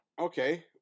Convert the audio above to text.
Okay